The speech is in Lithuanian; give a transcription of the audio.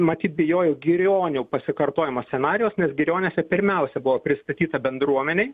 matyt bijojo girionių pasikartojimo scenarijaus nes girionyse pirmiausia buvo pristatyta bendruomenei